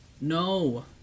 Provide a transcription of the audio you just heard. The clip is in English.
No